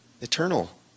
Eternal